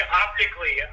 optically